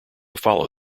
follow